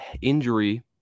injury